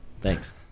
Thanks